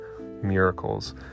miracles